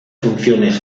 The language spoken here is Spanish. funciones